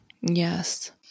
Yes